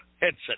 headset